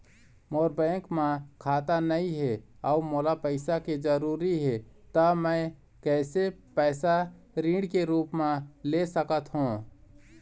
मोर bank म खाता नई हे अउ मोला पैसा के जरूरी हे त मे कैसे पैसा ऋण के रूप म ले सकत हो?